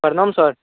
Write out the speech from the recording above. प्रणाम सर